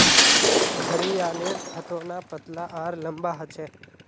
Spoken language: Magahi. घड़ियालेर थथोना पतला आर लंबा ह छे